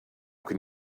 can